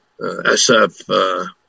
SF